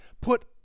put